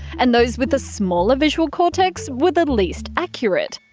and those with a smaller visual cortex were the least accurate.